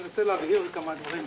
אני רוצה להבהיר כמה דברים.